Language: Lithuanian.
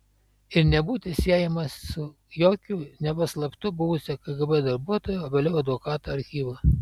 ir nebūti siejamas su jokiu neva slaptu buvusio kgb darbuotojo o vėliau advokato archyvu